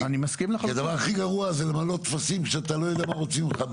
כי הדבר הכי גרוע זה למלא טפסים שאתה לא יודע מה רוצים ממך בדיוק.